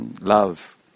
love